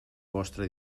vostra